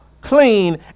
clean